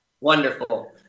Wonderful